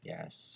Yes